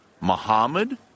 Muhammad